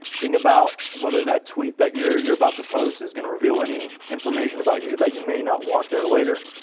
think about whether that tweet that you're you're about to post is going to reveal any information about you that you may not want there later.